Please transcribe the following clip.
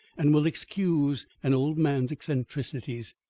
and will excuse an old man's eccentricities?